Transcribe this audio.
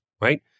right